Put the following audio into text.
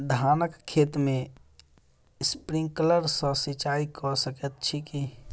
धानक खेत मे स्प्रिंकलर सँ सिंचाईं कऽ सकैत छी की?